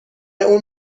اون